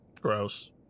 Gross